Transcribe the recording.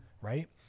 right